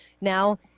now